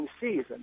season